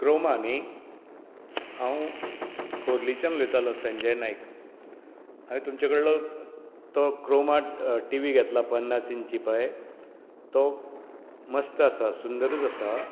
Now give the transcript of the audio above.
Croma न्ही हांव खोर्लीच्यान उलयतालो संजय नायक हांवें तुमचे कडलो तो क्रोमा टिवी घेतला पन्नास इंचची पळय तो मस्त आसा सुंदरूच आसा